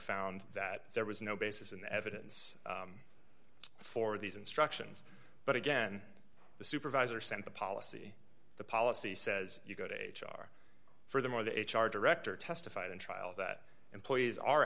found that there was no basis in the evidence for these instructions but again the supervisor sent the policy the policy says you go to h r furthermore the h r director testified in trial that employees are